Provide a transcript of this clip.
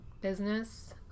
business